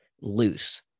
loose